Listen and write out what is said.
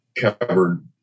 covered